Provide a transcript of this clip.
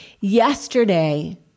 yesterday